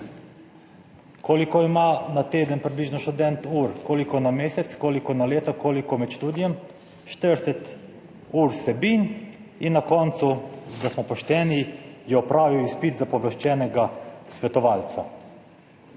Koliko ima na teden približno študent ur, koliko na mesec, koliko na leto, koliko med študijem? 40 ur vsebin in na koncu, da smo pošteni, je opravil izpit za pooblaščenega svetovalca.